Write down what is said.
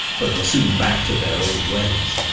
but were soon back to their old ways,